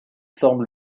forme